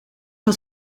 had